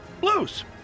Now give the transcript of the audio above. Blues